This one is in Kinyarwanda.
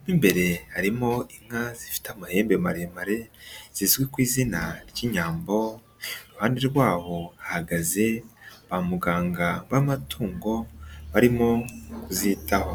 mo imbere harimo inka zifite amahembe maremare zizwi ku izina ry'inyambo, iruhande rwabo hahagaze ba muganga b'amatungo, barimo kuzitaho.